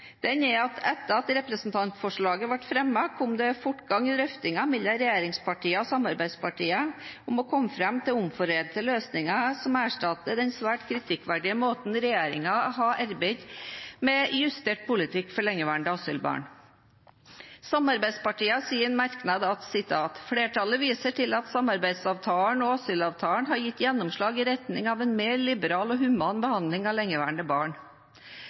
fortgang i drøftingene mellom regjeringspartiene og samarbeidspartiene om å komme fram til omforente løsninger som erstatter den svært kritikkverdige måten regjeringen har arbeidet på med justert politikk for lengeværende asylbarn. Samarbeidspartiene sier i en merknad: «Flertallet viser til at samarbeidsavtalen og asylavtalen har gitt gjennomslag i retning av en mer liberal og human behandling av lengeværende